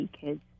kids